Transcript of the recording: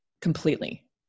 completely